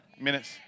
minutes